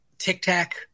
tic-tac